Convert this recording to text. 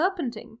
serpenting